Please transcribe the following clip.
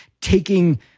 taking